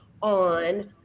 on